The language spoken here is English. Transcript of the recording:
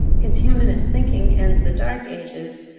his humanist thinking ends the dark ages.